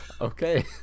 okay